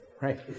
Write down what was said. right